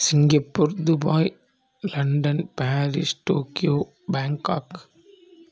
Singapore Dubai London Paris Tokyo Bangkok